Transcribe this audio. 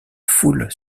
foule